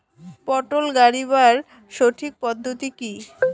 পটল গারিবার সঠিক পদ্ধতি কি?